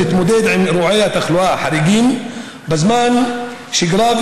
ולהתמודד עם אירועי התחלואה החריגים בזמן שגרה,